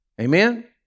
Amen